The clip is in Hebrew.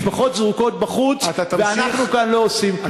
משפחות זרוקות בחוץ ואנחנו כאן לא עושים כלום.